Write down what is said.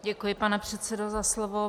Děkuji, pane předsedo, za slovo.